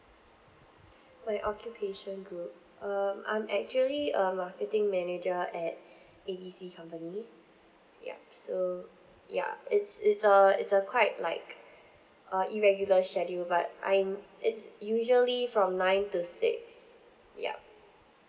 my occupation group um I'm actually a marketing manager at A B C company yup so ya it's it's a it's a quite like uh irregular schedule but I'm it's usually from nine to six yup